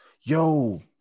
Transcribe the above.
yo